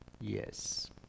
Yes